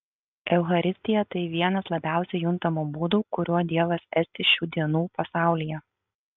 eucharistija tai vienas labiausiai juntamų būdų kuriuo dievas esti šių dienų pasaulyje